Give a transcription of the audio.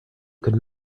could